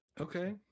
Okay